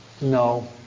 no